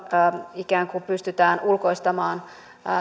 ikään kuin pystytään ulkoistamaan